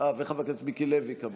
וחבר הכנסת מיקי לוי, כמובן.